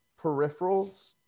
peripherals